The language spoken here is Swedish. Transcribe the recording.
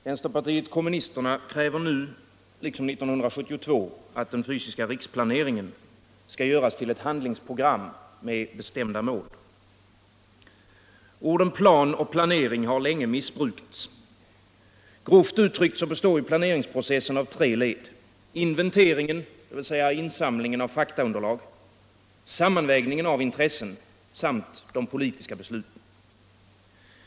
Herr talman! Vänsterpartiet kommunisterna kräver nu, liksom 1972, att den fysiska riksplaneringen skall göras till ett handlingsprogram med bestämda mål. Orden plan och planering har länge missbrukats. Grovt uttryckt består planeringsprocessen av tre led: inventeringen, dvs. insamlingen av faktaunderlag, sammanvägningen av intressen samt de politiska besluten.